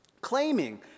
claiming